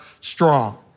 strong